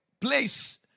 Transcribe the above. place